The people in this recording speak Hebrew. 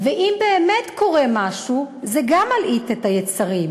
אם באמת קורה משהו, זה גם מלהיט את היצרים.